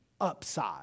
upside